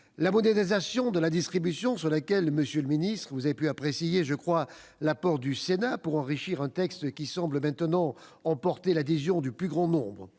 la modernisation de la distribution, sur laquelle, monsieur le ministre, vous avez apprécié, je crois, la contribution du Sénat à l'enrichissement d'un texte qui semble maintenant emporter l'adhésion du plus grand nombre.